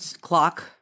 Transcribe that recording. clock